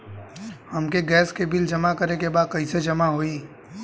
हमके गैस के बिल जमा करे के बा कैसे जमा होई?